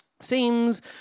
seems